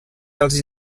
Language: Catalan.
dels